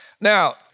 Now